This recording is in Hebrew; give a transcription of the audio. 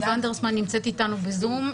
עו"ד חן ונדרסמן נמצאת איתנו בזום.